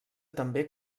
també